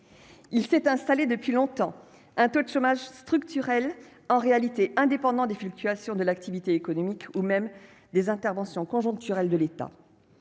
Il s'est installé depuis longtemps un taux de chômage structurel en réalité indépendant des fluctuations de l'activité économique ou même des interventions conjoncturel de l'État,